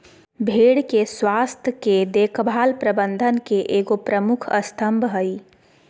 भेड़ के स्वास्थ के देख भाल प्रबंधन के एगो प्रमुख स्तम्भ हइ